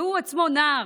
והוא עצמו נער.